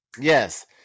Yes